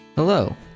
Hello